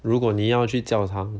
如果你要去教堂